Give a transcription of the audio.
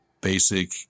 basic